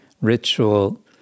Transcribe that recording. ritual